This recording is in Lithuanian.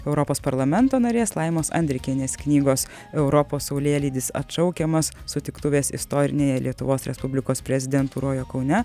europos parlamento narės laimos andrikienės knygos europos saulėlydis atšaukiamas sutiktuvės istorinėje lietuvos respublikos prezidentūroje kaune